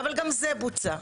אבל גם זה בוצע.